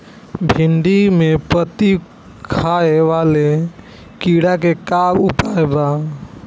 भिन्डी में पत्ति खाये वाले किड़ा के का उपाय बा?